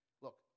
Look